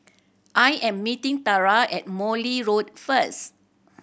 I am meeting Tara at Morley Road first